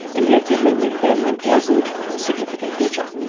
and yet their memory impairment wasn't a significant feature.